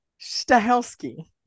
Stahelski